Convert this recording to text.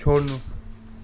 छोड्नु